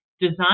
Design